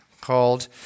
called